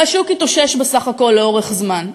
השוק יתאושש בסך הכול, לאורך זמן.